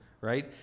right